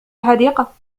الحديقة